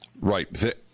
Right